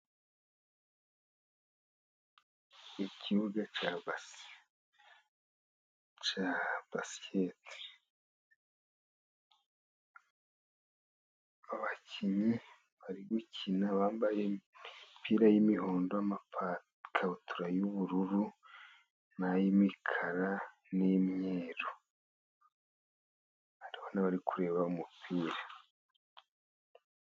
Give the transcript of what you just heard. Ikibuga cya basiketi cya basiketi, abakinnyi bari gukina bambaye imipira y'imihondo, ikabutura y'ubururu, n'ay'imikara n'ay'imyeru hariho n'abari kureba umupira.